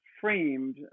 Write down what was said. framed